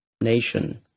nation